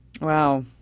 Wow